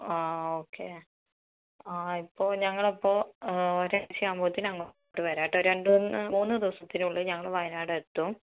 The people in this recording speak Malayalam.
ആ ഓക്കെ ആ ഇപ്പോൾ ഞങ്ങളപ്പോൾ ഒരാഴ്ച ആവുമ്പത്തെനും അങ്ങോട്ട് വരാം കേട്ടോ രണ്ടുമൂന്ന് മൂന്ന് ദിവസത്തിനുള്ളിൽ ഞങ്ങൾ വയനാടെത്തും